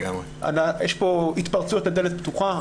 יש פה התפרצויות לדלת פתוחה.